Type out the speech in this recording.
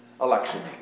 election